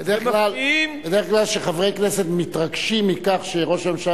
בדרך כלל כשחברי כנסת מתרגשים שראש ממשלה